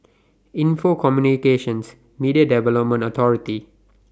Info Communications Media Development Authority